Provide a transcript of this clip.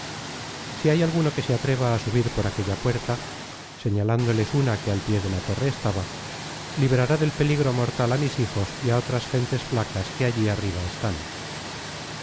si hay alguno que se atreva á subir por aquella puerta señalándoles una que al pié de la torre estaba librará del peligro mortal á mis hijos y á otras gentes flacas que allí arriba están